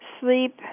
sleep